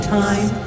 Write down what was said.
time